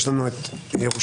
יש לנו את ירושלים,